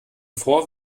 vor